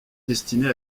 destinée